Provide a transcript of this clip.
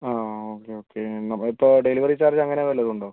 okay okay ഇപ്പോൾ delivery charge അങ്ങനെന്തെലൊക്കെ ഉണ്ടോ